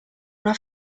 una